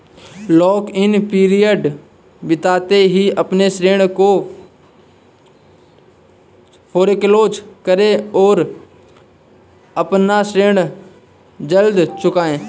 lock in period बीतते ही अपने ऋण को फोरेक्लोज करे और अपना ऋण जल्द चुकाए